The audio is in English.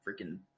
freaking